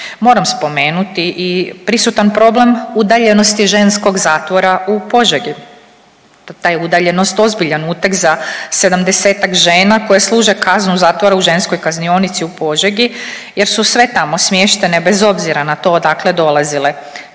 Moram spomenuti i prisutan problem udaljenosti ženskog zatvora u Požegi, ta je udaljenost ozbiljan uteg za 70-tak žena koje služe kaznu zatvora u ženskoj Kaznionici u Požegi jer su sve tamo smještene bez obzira na to odakle dolazile.